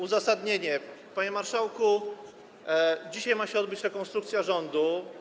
Uzasadnienie: panie marszałku, dzisiaj ma się odbyć rekonstrukcja rządu.